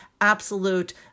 absolute